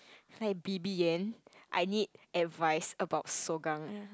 like B_B and I need advice about Sougang